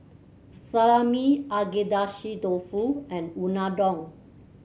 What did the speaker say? Salami Agedashi Dofu and Unadon